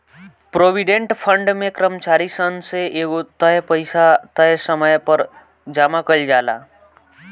provident fund में कर्मचारी सन से एगो तय पइसा तय समय पर जामा कईल जाला